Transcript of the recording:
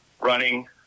running